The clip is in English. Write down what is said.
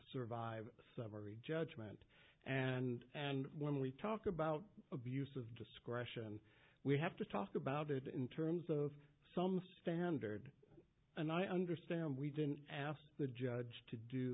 survive summary judgment and and when we talk about abuse of discretion we have to talk about it in terms of some standard and i understand we didn't ask the judge to do